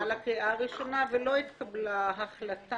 היא להכניס את הטיסות פנימה.